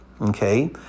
okay